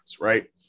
right